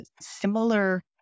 similar